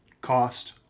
cost